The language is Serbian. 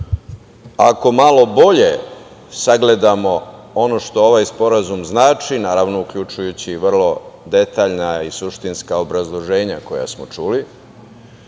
ako malo bolje sagledamo ono što ovaj sporazum znači, naravno, uključujući i vrlo detaljna i suštinska obrazloženja koja smo čuli,